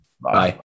bye